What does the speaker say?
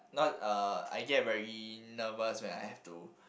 not uh I get very nervous when I have to